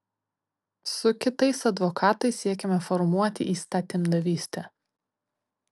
su kitais advokatais siekiame formuoti įstatymdavystę